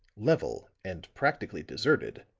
level and practically deserted,